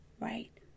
Right